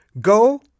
go